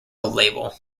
label